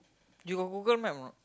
you got Google Map or not